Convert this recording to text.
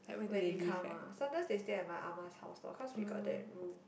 when they come ah sometimes they stay at my ah ma's house loh cause we got that room